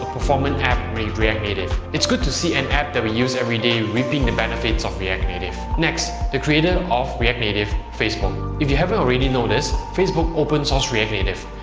performant app with react native. it's good to see an app that we use every day reaping the benefits of react native. next, the creator of react native. facebook. if you haven't already know this, facebook open sourced react native.